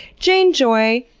jane joy,